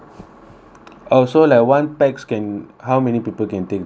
also like one pax can how many people can take the platter